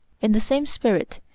in the same spirit,